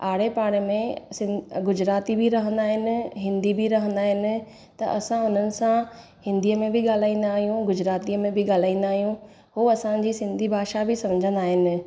आड़े पाड़े में सिंध गुजराती बि रहंदा आहिनि हिंदी बि रहंदा आहिनि त असां हुननि सां हिंदीअ में बि ॻाल्हाईंदा आहियूं गुजरातीअ में बि ॻाल्हाईंदा आहियूं हू असांजी सिंधी भाषा बि सम्झंदा आहिनि